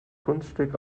kunststück